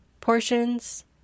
portions